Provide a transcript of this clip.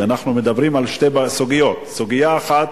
שאנחנו מדברים על שתי סוגיות בה: סוגיה אחת,